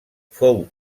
fou